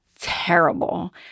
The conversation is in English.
terrible